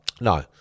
No